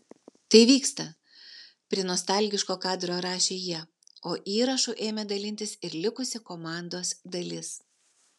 tai vyksta prie nostalgiško kadro rašė jie o įrašu ėmė dalintis ir likusi komandos dalis